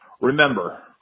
Remember